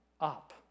up